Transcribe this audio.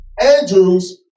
Andrews